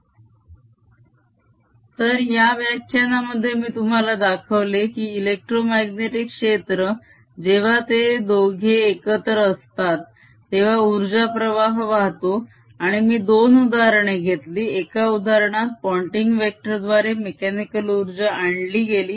Energy density120B202K2200K22 Total energyV0K22 तर या व्याख्यानामध्ये मी तुम्हाला दाखवले की इलेक्ट्रोमाग्नेटीक क्षेत्र जेव्हा ते दोघे एकत्र असतात तेव्हा उर्जा प्रवाह वाहतो आणि मी दोन उदाहरणे घेतली एका उदाहरणात पोंटिंग वेक्टर द्वारे मेक्यानिकल उर्जा आणली गेली